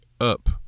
up